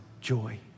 joy